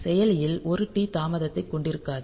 செயலியில் 1t தாமதத்தை கொண்டிருக்காது